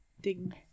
ding